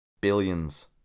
Billions